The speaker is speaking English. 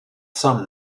some